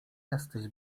jesteś